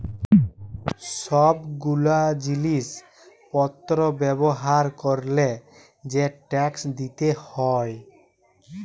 সব গুলা জিলিস পত্র ব্যবহার ক্যরলে যে ট্যাক্স দিতে হউ